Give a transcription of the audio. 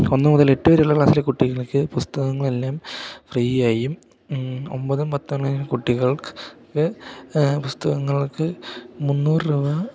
ഒന്ന് മുതൽ എട്ട് വരെയുള്ള ക്ലാസ്സിലെ കുട്ടികൾക്ക് പുസ്തകങ്ങൾ എല്ലാം ഫ്രീയായും ഒൻപതും പത്തും അങ്ങനെ കുട്ടികൾക്ക് പുസ്തകങ്ങൾക്ക് മുന്നൂറ് രൂപ